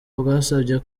bwasabye